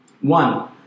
One